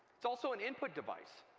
it's also an input device.